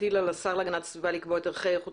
מטיל על השר להגנת הסביבה לקבוע את ערכי איכות